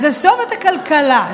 אז עזוב את הכלכלה.